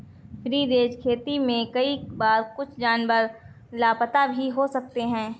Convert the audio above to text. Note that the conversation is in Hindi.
फ्री रेंज खेती में कई बार कुछ जानवर लापता भी हो सकते हैं